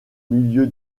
milieu